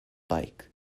bike